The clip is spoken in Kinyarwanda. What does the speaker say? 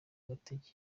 agateka